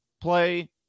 play